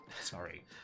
Sorry